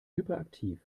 hyperaktiv